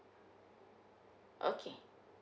okay